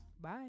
Bye